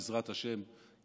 בעזרת השם,